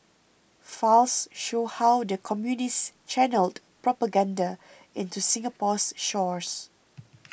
files show how the Communists channelled propaganda into Singapore's shores